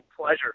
pleasure